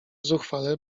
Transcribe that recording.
zuchwale